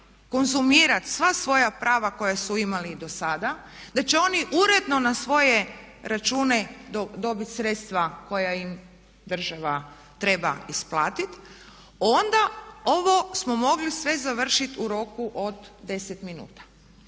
mogu konzumirati sva svoja prava koja su imali i do sada, da će oni uredno na svoje račune dobiti sredstva koja im država treba isplatiti, onda ovo smo mogli sve završiti u roku od deset minuta.